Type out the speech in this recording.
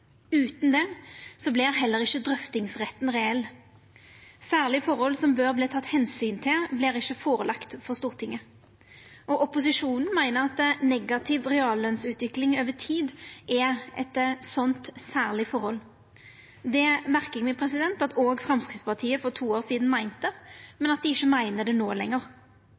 Utan det vert heller ikkje drøftingsretten reell. Særlege forhold som det bør takast omsyn til, vert ikkje lagde fram for Stortinget. Opposisjonen meiner at ei negativ reallønsutvikling over tid er eit slikt særleg forhold. Det merka me oss at òg Framstegspartiet for to år sidan meinte, men ikkje meiner no lenger. Framstegspartiet yndar å visa til at dei opphavleg ikkje